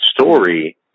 story